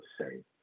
say